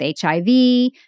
HIV